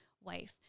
wife